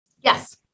Yes